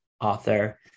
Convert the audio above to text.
author